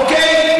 אוקיי?